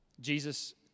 Jesus